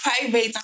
private